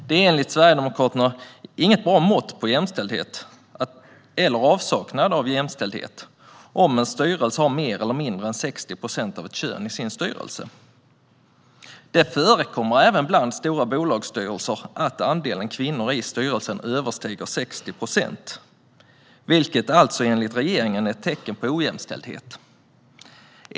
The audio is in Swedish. Det är enligt Sverigedemokraterna inget bra mått på jämställdhet, eller avsaknad av jämställdhet, om en styrelse har mer eller mindre än 60 procent av ett kön i sin styrelse. Det förekommer även bland stora bolagsstyrelser att andelen kvinnor i styrelsen överstiger 60 procent, vilket alltså enligt regeringen är ett tecken på ojämställdhet.